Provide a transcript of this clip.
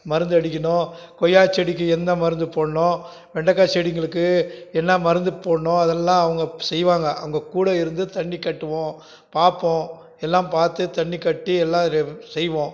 மருந்து அடிக்கணும் கொய்யா செடிக்கு என்ன மருந்து போடணும் வெண்டக்காய் செடிங்களுக்கு என்ன மருந்து போடணும் அதெல்லாம் அவங்க செய்வாங்க அவங்க கூட இருந்து தண்ணி கட்டுவோம் பார்ப்போம் எல்லாம் பார்த்து தண்ணி கட்டி எல்லாம் இது செய்வோம்